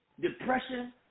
depression